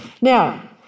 Now